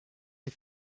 des